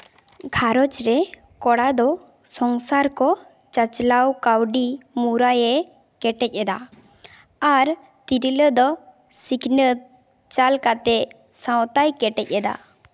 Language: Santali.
ᱜᱷᱟᱨᱚᱸᱡᱽ ᱨᱮ ᱠᱚᱲᱟ ᱫᱚ ᱥᱚᱝᱥᱟᱨ ᱠᱚ ᱪᱟᱪᱞᱟᱣ ᱠᱟᱹᱣᱰᱤ ᱢᱩᱨᱟᱹᱭᱮ ᱠᱮᱴᱮᱡ ᱮᱫᱟ ᱟᱨ ᱛᱤᱨᱞᱟᱹ ᱫᱚ ᱥᱤᱠᱷᱱᱟᱹᱛ ᱪᱟᱞ ᱠᱟᱛᱮ ᱥᱟᱶᱛᱟᱭ ᱠᱮᱴᱮᱡ ᱮᱫᱟ